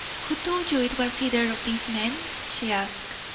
who told you it was either of these men? she asked.